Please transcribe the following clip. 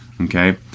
okay